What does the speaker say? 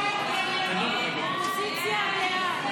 הסתייגות 553 לא נתקבלה.